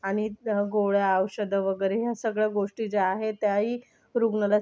आणि गोळ्या औषधं वगैरे ह्या सगळ्या गोष्टी ज्या आहेत त्याही रुग्णालयात